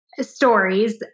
stories